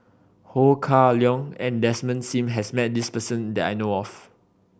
Ho Kah Leong and Desmond Sim has met this person that I know of